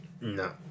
No